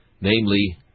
namely